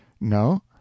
No